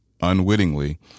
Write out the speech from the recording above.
unwittingly